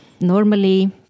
Normally